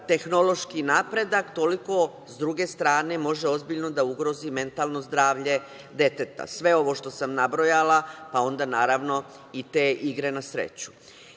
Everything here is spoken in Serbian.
tehnološki napredak toliko s druge strane može ozbiljno da ugrozi mentalno zdravlje deteta. Sve ovo što sam nabrojala, pa onda naravno i te igre na sreću. Ono